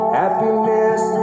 happiness